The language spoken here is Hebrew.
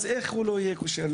אז בטח יהיה כושל.